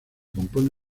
compone